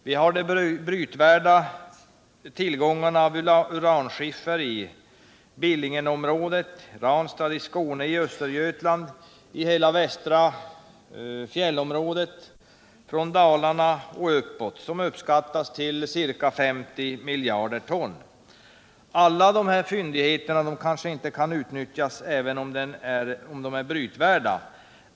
Vi har de brytvärda tillgångarna av uranskiffer i Billingenområdet , i Skåne, i Östergötland och i hela östra fjällområdet från Dalarna och uppåt som uppskattas till ca 50 miljarder ton. Alla dessa fyndigheter kan kanske inte utnyttjas även om de är brytvärda.